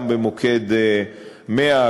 גם במוקד 100,